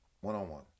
one-on-one